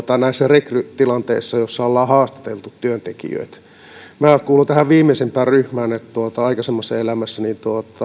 näissä rekrytilanteissa joissa ollaan haastateltu työntekijöitä minä kuulun tähän viimeisempään ryhmään aikaisemmassa elämässäni